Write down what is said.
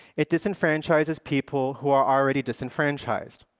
it disenfranchises people who are already disenfranchised.